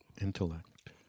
intellect